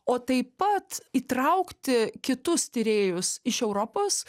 o taip pat įtraukti kitus tyrėjus iš europos